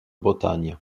bretagne